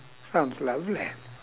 sounds lovely